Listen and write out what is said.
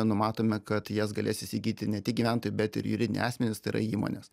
numatome kad jas galės įsigyti ne tik gyventojai bet ir juridiniai asmenys tai yra įmonės